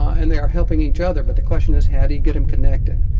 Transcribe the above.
and they are helping each other, but the question is how to get them connected?